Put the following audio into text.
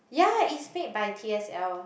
yea is made by t_s_l